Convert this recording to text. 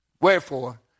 Wherefore